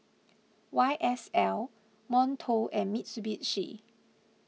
Y S L Monto and Mitsubishi